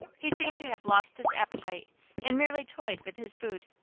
he seemed to have lost his appetite and merely toyed with his food.